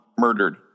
murdered